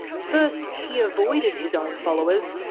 first he avoided his own followers,